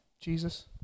Jesus